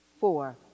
four